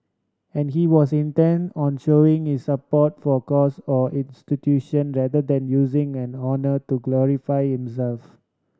and he was intent on showing his support for cause or institution rather than using and honour to glorify himself